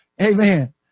Amen